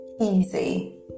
easy